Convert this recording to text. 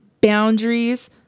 boundaries